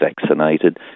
vaccinated